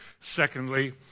Secondly